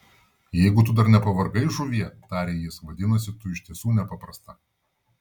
jeigu tu dar nepavargai žuvie tarė jis vadinasi tu iš tiesų nepaprasta